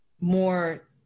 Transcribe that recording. more